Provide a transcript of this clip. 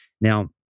Now